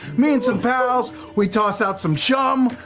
me and some pals, we toss out some chum,